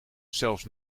zelfs